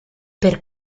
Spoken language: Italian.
per